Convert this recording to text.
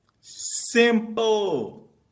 Simple